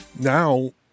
Now